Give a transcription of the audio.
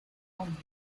want